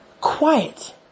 Quiet